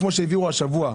כמו שהעבירו השבוע,